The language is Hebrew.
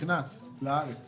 שנכנס לארץ